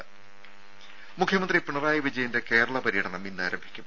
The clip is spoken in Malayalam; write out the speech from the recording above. രുര മുഖ്യമന്ത്രി പിണറായി വിജയന്റെ കേരള പര്യടനം ഇന്നാരംഭിക്കും